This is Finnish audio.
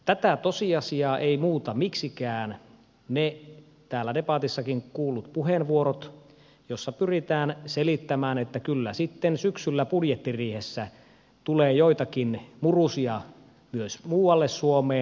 tätä tosiasiaa eivät muuta miksikään ne täällä debatissakin kuullut puheenvuorot joissa pyritään selittämään että kyllä sitten syksyllä budjettiriihessä tulee joitakin murusia myös muualle suomeen